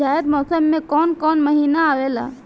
जायद मौसम में काउन काउन महीना आवेला?